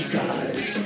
guys